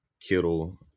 Kittle